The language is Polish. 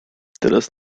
teraz